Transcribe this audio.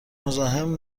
مزاحم